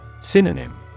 Synonym